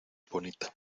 bonita